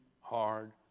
hard